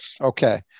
Okay